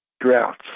droughts